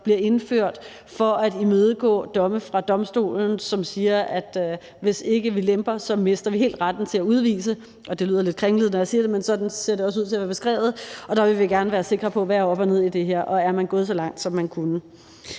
bliver indført for at imødegå domme fra domstolen, som siger, at hvis ikke vi lemper, mister vi helt retten til at udvise – og det lyder lidt kringlet, når jeg siger det, men sådan ser det også ud til at være beskrevet. Og der vil vi gerne være sikre på, hvad der er op og ned i det her, og om man er gået så langt, som man kunne.